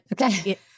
Okay